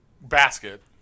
basket